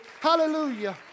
Hallelujah